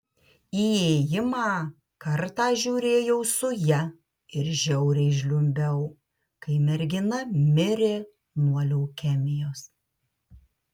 įėjimą kartą žiūrėjau su ja ir žiauriai žliumbiau kai mergina mirė nuo leukemijos